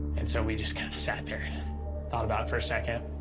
and so we just kind of sat there and thought about it for a second.